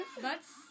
That's-